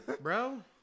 Bro